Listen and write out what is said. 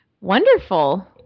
Wonderful